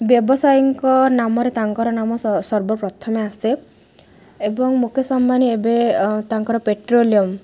ବ୍ୟବସାୟୀଙ୍କ ନାମରେ ତାଙ୍କର ନାମ ସର୍ବପ୍ରଥମେ ଆସେ ଏବଂ ମୁକେଶ ଅମ୍ବାନୀ ଏବେ ତାଙ୍କର ପେଟ୍ରୋଲିୟମ୍